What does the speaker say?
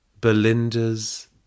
Belinda's